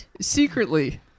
Secretly